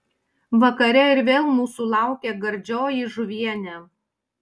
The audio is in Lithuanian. vakare ir vėl mūsų laukė gardžioji žuvienė